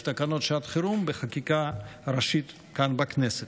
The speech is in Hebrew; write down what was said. תקנות שעת חירום בחקיקה ראשית כאן בכנסת.